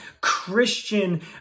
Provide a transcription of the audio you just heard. Christian